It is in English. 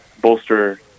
bolster